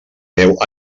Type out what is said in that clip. déu